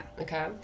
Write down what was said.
Okay